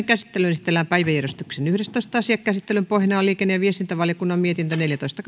käsittelyyn esitellään päiväjärjestyksen yhdestoista asia käsittelyn pohjana on liikenne ja viestintävaliokunnan mietintö neljätoista